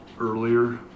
earlier